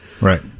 Right